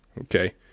Okay